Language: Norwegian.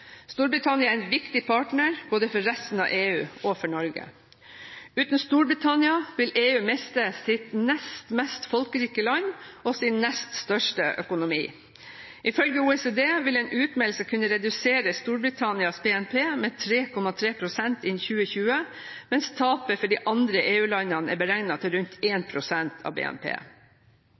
Storbritannia er en viktig partner, både for resten av EU og for Norge. Uten Storbritannia vil EU miste sitt nest mest folkerike land og sin nest største økonomi. Ifølge OECD vil en utmeldelse kunne redusere Storbritannias BNP med 3,3 pst. innen 2020, mens tapet for de andre EU-landene er beregnet til rundt 1 pst. av BNP.